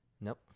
Nope